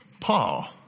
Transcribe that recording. Paul